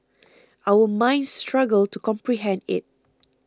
our minds struggle to comprehend it